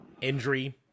injury